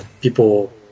people